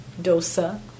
dosa